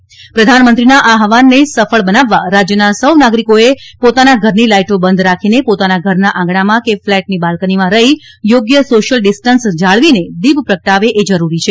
શ્રી પટેલે કહ્યું કે પ્રધાનમંત્રીના આ આહવાનને સફળ બનાવવા રાજ્યના સૌ નાગરિકોએ પોતાના ઘરની લાઈટો બંધ રાખીને પોતાના ઘરના આંગણામાં કે ફ્લેટની બાલ્કનીમાં રહી યોગ્ય સોશિયલ ડિસ્ટન્સ જાળવીને દીપ પ્રગટાવે એ જરૂરી છે